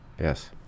Yes